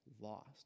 lost